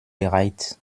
bereit